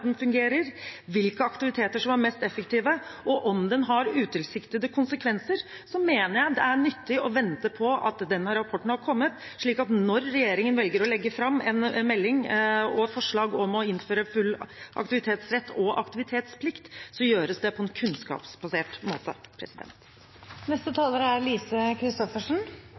den fungerer, hvilke aktiviteter som er mest effektive, og om den har utilsiktede konsekvenser, mener jeg det er nyttig å vente til den rapporten har kommet, slik at når regjeringen velger å legge fram en melding og forslag om å innføre full aktivitetsrett og aktivitetsplikt, gjøres det på en kunnskapsbasert måte. Representanten Lise Christoffersen